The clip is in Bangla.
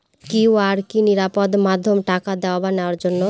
কিউ.আর কি নিরাপদ মাধ্যম টাকা দেওয়া বা নেওয়ার জন্য?